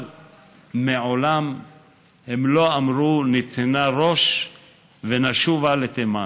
אבל מעולם הם לא אמרו: נתנה ראש ונשובה לתימן.